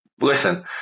listen